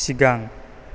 सिगां